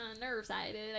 Nerve-sided